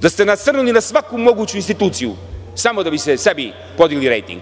Da ste nasrnuli na svaku moguću instituciju samo da biste sebi podigli rejting.